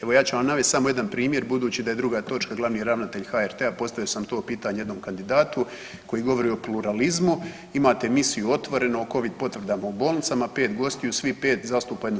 Evo ja ću vam navest samo jedan primjer budući da je druga točka glavni ravnatelj HRT-a, postavio sam to pitanje jednom kandidatu koji govori o pluralizmu, imate emisiju „Otvoreno“ o covid potvrdama u bolnicama, 5 gostiju, svih 5 zastupa jedno